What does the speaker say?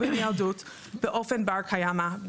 משרות --- באופן בר קיימא.